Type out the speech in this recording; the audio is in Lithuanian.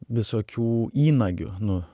visokių įnagių nu